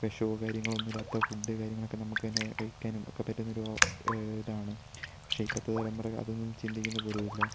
വിഷോ കാര്യങ്ങളോ ഒന്നുമില്ലാത്ത ഫുഡ് കാര്യങ്ങളൊക്കെ നമുക്ക് തന്നെ കഴിക്കാനും ഒക്കെ പറ്റുന്നൊരു അവസ്ഥ ഇതാണ് പക്ഷെ ഇപ്പോഴത്തെ തലമുറ അതൊന്നും ചിന്തിക്കുന്നു പോലുമില്ല